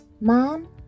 Mom